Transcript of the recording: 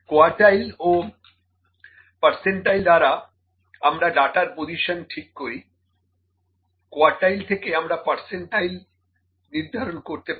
quartile ও percentile দ্বারা আমরা ডাটার পজিশন ঠিক করি কোয়ার্টাইল থেকে আমরা পার্সেন্টাইল নির্ধারণ করতে পারি